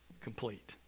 complete